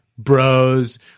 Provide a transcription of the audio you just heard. Bros